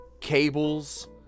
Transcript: cables